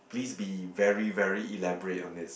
please be very very elaborate on this